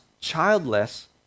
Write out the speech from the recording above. childless